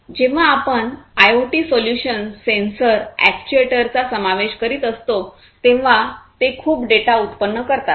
जेव्हा आपण IoT solution sensor आणि अॅक्ट्युएटरचा समावेश करीत असतो तेव्हा ते खूप डेटा उत्पन्न करतात